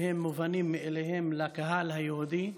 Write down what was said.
שהם מובנים מאליהם לקהל היהודי,